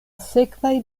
sekvaj